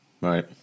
right